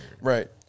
Right